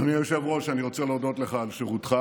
אדוני היושב-ראש, אני רוצה להודות לך על שירותך